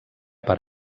per